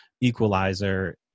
equalizer